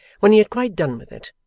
when he had quite done with it,